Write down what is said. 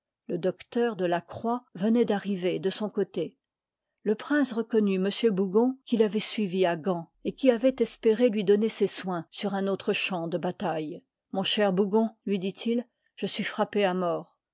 le docteur de lacroix venoit d'arriver de son côté le prince reconnut m bougon qui l'a voit suivi a gand et qui avoit espéré lui donner ses soins sur un autre champ de bataille mon cher bouy gon lui dit-il je suis frappé à mort